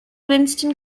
winston